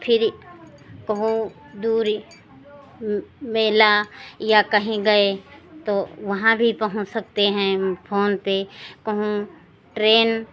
फिर कहो दूरी मेला या कहीं गए तो वहाँ भी पहुँच सकते हैं और फोन पे कहूँ ट्रेन